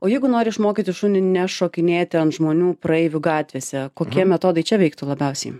o jeigu nori išmokyti šunį nešokinėti ant žmonių praeivių gatvėse kokie metodai čia veiktų labiausiai